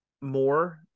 more